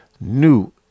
new